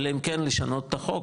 אלא אם כן לשנות את החוק,